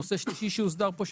הנושא השלישי שהוסדר פה,